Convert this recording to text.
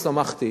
שמחות,